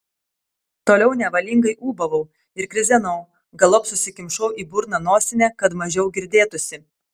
toliau nevalingai ūbavau ir krizenau galop susikimšau į burną nosinę kad mažiau girdėtųsi